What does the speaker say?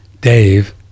Dave